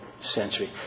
century